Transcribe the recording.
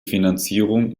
finanzierung